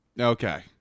Okay